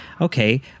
Okay